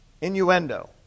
Innuendo